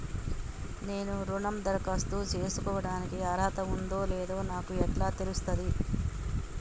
నేను రుణం కోసం దరఖాస్తు చేసుకోవడానికి అర్హత ఉందో లేదో నాకు ఎట్లా తెలుస్తది?